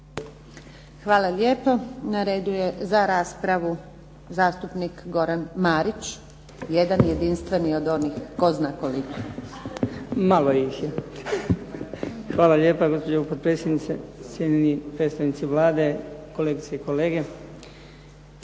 Hvala lijepo. Na redu je za raspravu zastupnik Goran Marić, jedan jedinstveni od onih tko zna koliko. **Marić, Goran (HDZ)** Malo ih je! Hvala lijepa gospođo potpredsjednice, cijenjeni predstavnici Vlade, kolegice i kolege.